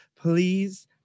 please